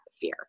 fear